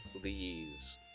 please